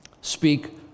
Speak